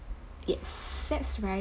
yes that's right